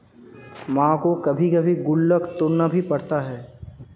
मां को कभी कभी गुल्लक तोड़ना भी पड़ता है